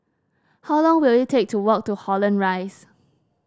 how long will it take to walk to Holland Rise